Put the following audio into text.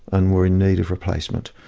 and were in need of replacement.